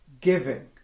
giving